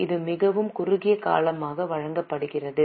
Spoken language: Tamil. இது மிகவும் குறுகிய காலமாக வழங்கப்படுகிறது